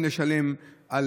לשלם,